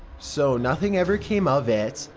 so, nothing ever came of it.